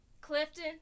Clifton